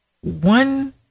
one